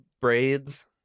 braids